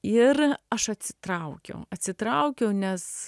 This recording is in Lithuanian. ir aš atsitraukiau atsitraukiau nes